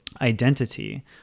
identity